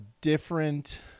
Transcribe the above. different